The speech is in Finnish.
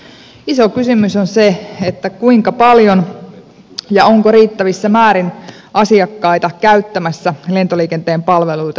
iso kysymys on se kuinka paljon on ja onko riittävissä määrin asiakkaita käyttämässä lentoliikenteen palveluita